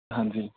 ਹਾਂਜੀ